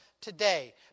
today